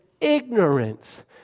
ignorance